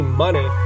money